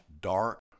dark